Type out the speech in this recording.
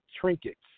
trinkets